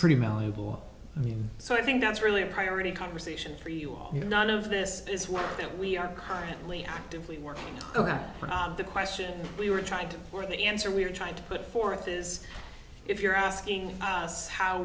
pretty valuable i mean so i think that's really a priority conversation for you all none of this is one that we are currently actively working on that the question we were trying to or the answer we were trying to put forth is if you're asking us how